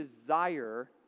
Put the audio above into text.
desire